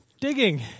Digging